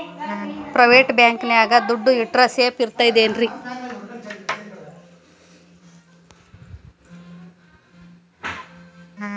Private bank ನ್ಯಾಗ್ ದುಡ್ಡ ಇಟ್ರ ಸೇಫ್ ಇರ್ತದೇನ್ರಿ?